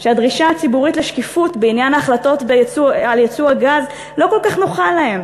הדרישה הציבורית לשקיפות בעניין ההחלטות על יצוא הגז לא כל כך נוחה להם,